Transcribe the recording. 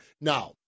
Now